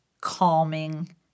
Calming